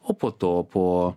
o po to po